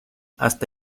hasta